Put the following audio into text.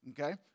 Okay